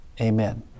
Amen